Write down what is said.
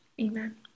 amen